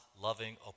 loving